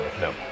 no